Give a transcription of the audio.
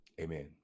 Amen